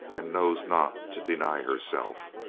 and knows not to deny herself.